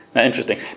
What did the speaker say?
Interesting